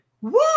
Woo